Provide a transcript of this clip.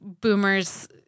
boomers